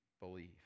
believe